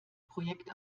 projekt